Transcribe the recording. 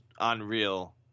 unreal